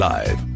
Live